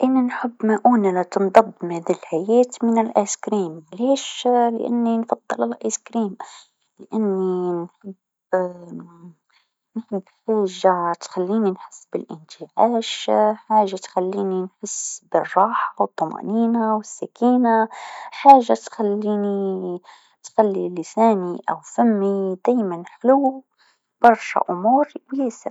أنا نحب مؤونه لا تنضب مدى الحياة من الأيسكريم علاش لأني نفضل الأيسكريم لأني نحب، نحب حاجه تخليني نحس بالإنتعاش حاجه تخليني نحس بالراحه و الطمئنينه و السكينه، حاجه تخليني تخلي لساني أو فمي دايما حلو، برشا أمور و ياسر.